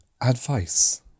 advice